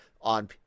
on